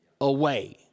away